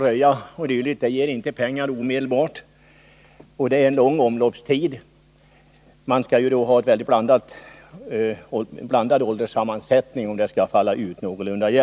Röjning o. d. ger inte pengar omedelbart, eftersom det är lång omloppstid. Det skall vara en mycket blandad ålderssammansättning på skogen om avkastningen skall bli någorlunda jämn.